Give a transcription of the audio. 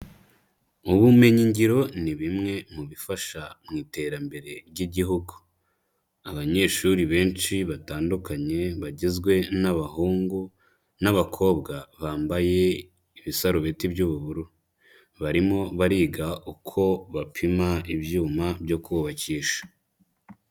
Ubumenyi ngiro ni bimwe mu bifasha mu iterambere ry'igihugu, abanyeshuri benshi batandukanye bagizwe n'abahungu n'abakobwa bambaye ibisarubeti by'ubururu, barimo bariga uko bapima ibyuma byo kubakisha.